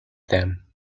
them